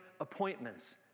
appointments